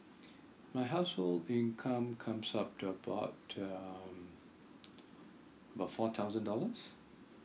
my household income comes up to about um about four thousand dollars